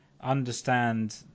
understand